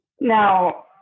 Now